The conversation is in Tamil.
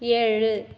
ஏழு